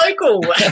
local